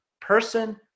person